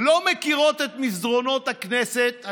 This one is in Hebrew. לא מכירות את מסדרונות הכנסת.